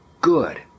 good